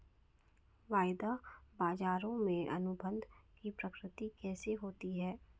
वायदा बाजारों में अनुबंध की प्रकृति कैसी होती है?